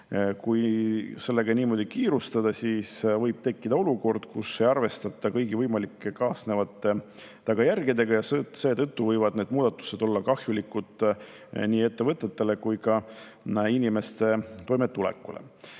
Kui niimoodi kiirustada, siis võib tekkida olukord, kus ei arvestata kõigi võimalike kaasnevate tagajärgedega ja seetõttu võivad need muudatused olla kahjulikud nii ettevõtetele kui ka inimeste toimetulekule.